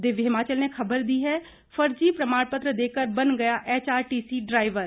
दिव्य हिमाचल ने खबर दी है फर्जी प्रमाणपत्र देकर बन गया एचआरटीसी ड्राइवर